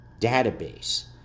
database